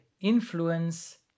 influence